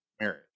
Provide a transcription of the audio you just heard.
marriage